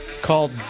called